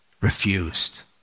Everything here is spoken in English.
refused